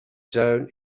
zone